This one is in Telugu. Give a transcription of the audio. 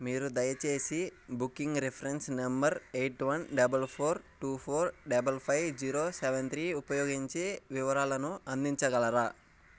మీరు దయచేసి booking reference number eight one double four two four double five zero seven three ఉపయోగించి వివరాలను అందించగలరా